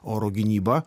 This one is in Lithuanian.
oro gynyba